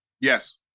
Yes